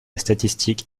statistique